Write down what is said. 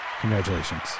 Congratulations